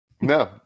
no